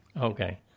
Okay